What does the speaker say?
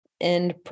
end